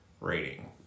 rating